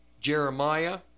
Jeremiah